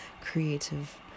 creative